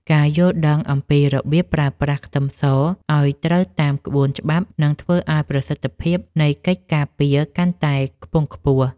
ការយល់ដឹងអំពីរបៀបប្រើប្រាស់ខ្ទឹមសឱ្យត្រូវតាមក្បួនច្បាប់នឹងធ្វើឱ្យប្រសិទ្ធភាពនៃកិច្ចការពារកាន់តែខ្ពង់ខ្ពស់។